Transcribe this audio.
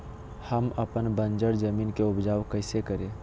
हम अपन बंजर जमीन को उपजाउ कैसे करे?